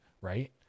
right